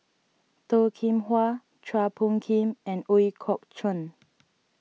Toh Kim Hwa Chua Phung Kim and Ooi Kok Chuen